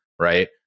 right